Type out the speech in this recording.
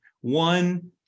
one